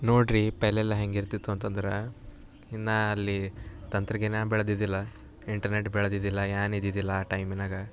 ನೋಡಿರಿ ಪೆಹಲೆ ಎಲ್ಲ ಹೇಗಿರ್ತಿತ್ತು ಅಂತಂದ್ರೆ ಇನ್ನೂ ಅಲ್ಲಿ ತಂತ್ರಜ್ಞಾನ ಬೆಳೆದಿದ್ದಿಲ್ಲ ಇಂಟರ್ನೆಟ್ ಬೆಳೆದಿದ್ದಿಲ್ಲ ಏನು ಇದ್ದಿದ್ದಿಲ್ಲ ಆ ಟೈಮಿನಾಗ